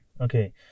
okay